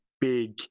big